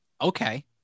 okay